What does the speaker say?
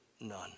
none